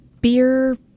beer